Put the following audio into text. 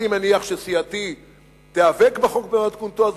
אני מניח שסיעתי תיאבק בחוק במתכונתו זו,